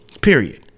Period